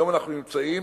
היום אנחנו נמצאים,